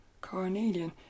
Carnelian